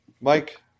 Mike